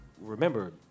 remember